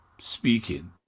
speaking